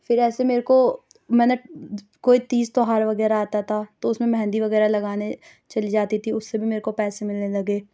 پھر ایسے میرے کو میں نے کوئی تیز تہوار وغیرہ آتا تھا تو اُس میں مہندی وغیرہ لگانے چلی جاتی تھی اُس سے بھی میرے کو پیسے ملنے لگے